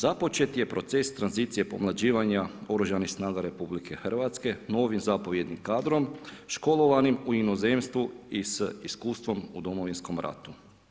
Započet je proces tranzicije pomlađivanja Oružanih snaga RH novim zapovjednim kadrom školovanim u inozemstvu i s iskustvom u Domovinskom ratu.